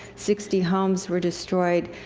sixty homes were destroyed,